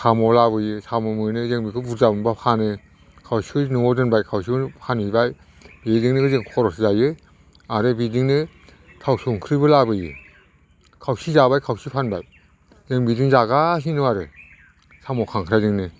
साम' लाबोयो साम' मोनो जों बेखौ बुरजा मोनबा फानो खावसेखौ न'आव दोनबाय खावसेखौ फानहैबाय बेजोंनो जों खरस जायो आरो बेजोंनो थाव संख्रिबो लाबोयो खावसे जाबाय खावसे फानबाय जों बिदिनो जागासिनो दं आरो साम' खांख्रायजोंनो